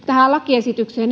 tähän lakiesitykseen